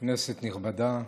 כנסת נכבדה,